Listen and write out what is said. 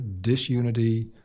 disunity